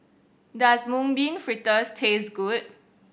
does Mung Bean Fritters taste good